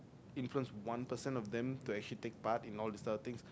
influence one percent of them to actually take part in all this kind of thing